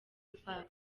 park